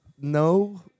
No